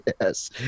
Yes